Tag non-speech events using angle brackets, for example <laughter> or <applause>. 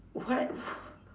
what <laughs>